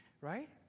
right